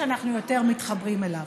שאנחנו יותר מתחברים אליו.